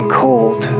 cold